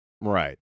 Right